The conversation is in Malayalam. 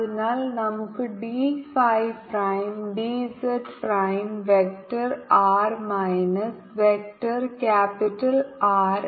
അതിനാൽ നമുക്ക് d phi prime d z prime vector r minus vector capital R